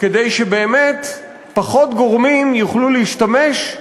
כדי שבאמת פחות גורמים יוכלו להשתמש,